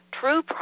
true